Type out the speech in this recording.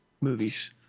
movies